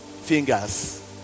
Fingers